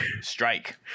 strike